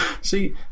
see